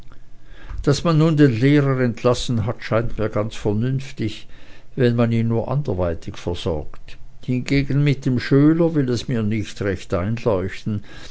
daß man nun den lehrer entlassen hat scheint mir ganz vernünftig wenn man ihn nur anderweitig versorgt hingegen mit dem schüler will es mir nicht recht einleuchten